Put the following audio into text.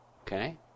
Okay